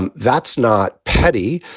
and that's not petty.